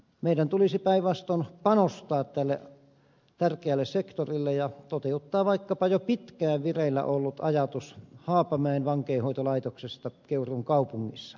meidän tulisi päinvastoin panostaa tälle tärkeälle sektorille ja toteuttaa vaikkapa jo pitkään vireillä ollut ajatus haapamäen vankeinhoitolaitoksesta keuruun kaupungissa